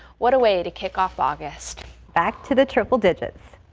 what a way to kick off august back to the triple digits.